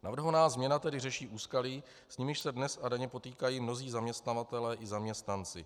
Navrhovaná změna tedy řeší úskalí, s nimiž se dnes a denně potýkají mnozí zaměstnavatelé i zaměstnanci.